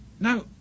Now